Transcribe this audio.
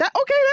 Okay